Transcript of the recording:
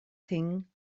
thing